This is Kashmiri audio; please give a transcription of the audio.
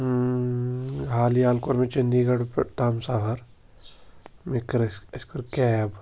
حالی حال کوٚر مےٚ چٔندی گڑھ پٮ۪ٹھ تام سفر مےٚ کٔر اَسہِ اَسہِ کٔر کیب